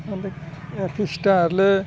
अन्त यहाँ फिस्टाहरूले